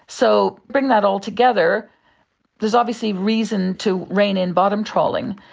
so, bring that all together, there is obviously reason to rein in bottom trawling.